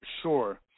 Sure